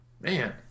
Man